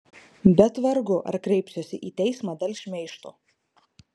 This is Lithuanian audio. bet vargu ar kreipsiuosi į teismą dėl šmeižto